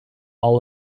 all